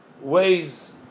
ways